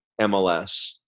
MLS